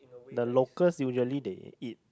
the locals usually they eat